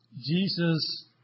Jesus